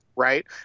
right